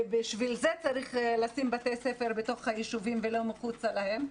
ובשביל זה צריך לשים בתי ספר בתוך היישובים ולא מחוצה להם,